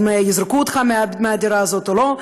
אם יזרקו אותך מהדירה הזאת או לא,